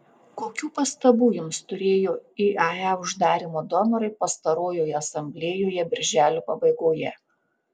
kokių pastabų jums turėjo iae uždarymo donorai pastarojoje asamblėjoje birželio pabaigoje